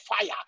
fire